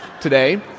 today